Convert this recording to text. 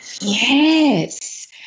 Yes